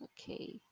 Okay